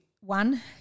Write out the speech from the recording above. one